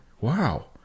Wow